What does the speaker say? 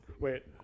Wait